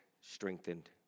strengthened